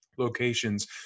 locations